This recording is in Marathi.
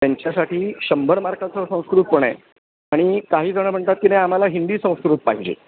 त्यांच्यासाठी शंभर मार्काचं संस्कृत पण आहे आणि काही जणं म्हणतात की ना आम्हाला हिंदी संस्कृत पाहिजे